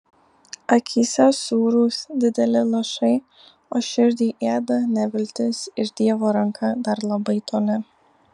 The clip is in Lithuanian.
akyse sūrūs dideli lašai o širdį ėda neviltis ir dievo ranka dar labai toli